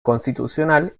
constitucional